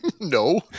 No